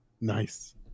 Nice